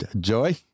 Joy